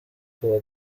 kuwa